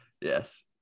Yes